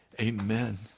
Amen